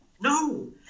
No